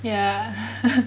ya